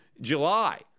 july